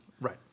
Right